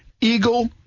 eagle